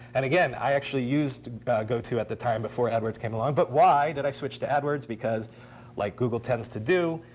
and again, i actually used goto at the time before adwords came along. but why did i switch to adwords? because like google tends to do,